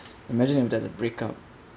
imagine if there's a breakup